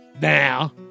Now